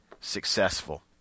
successful